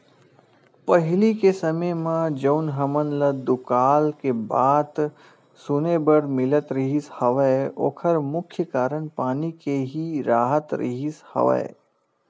पहिली के समे म जउन हमन ल दुकाल के बात सुने बर मिलत रिहिस हवय ओखर मुख्य कारन पानी के ही राहत रिहिस हवय